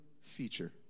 feature